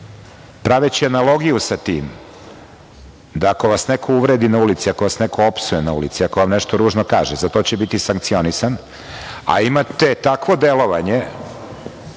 praveći analogiju sa tim da ako vas neko uvredi na ulici, ako vas neko opsuje na ulici, ako vam nešto ružno kaže, za to će biti sankcionisan, a imate takvo delovanje